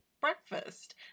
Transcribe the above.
breakfast